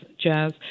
Jazz